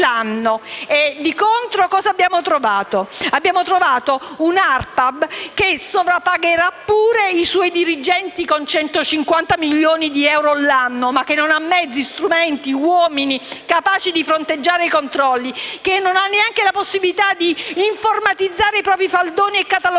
Di contro abbiamo trovato un'ARPAB che strapagherà pure i suoi dirigenti con 150.000 di euro l'anno, ma che non ha mezzi, strumenti e uomini capaci di fronteggiare i controlli, che non ha neanche la possibilità di informatizzare i propri faldoni, di catalogarli,